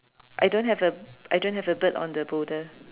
I don't have a I don't have a bird on the boulder